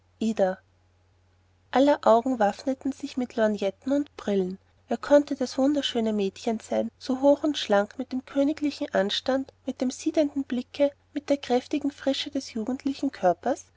aller augen waffneten sich mit lorgnetten und brillen wer konnte das wunderschöne mädchen sein so hoch und schlank mit dem königlichen anstand mit dem siegenden blicke mit der kräftigen frische des jugendlichen körpers